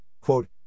Quote